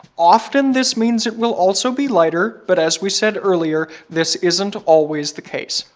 often, this means it will also be lighter but as we said earlier, this isn't always the case.